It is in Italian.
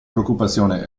preoccupazione